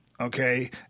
Okay